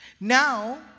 Now